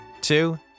two